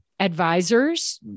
advisors